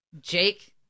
Jake